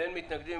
אין מתנגדים.